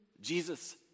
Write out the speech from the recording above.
Jesus